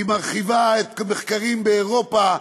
היא מרחיבה על מחקרים באירופה,